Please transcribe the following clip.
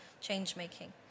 change-making